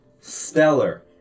Stellar